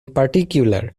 particular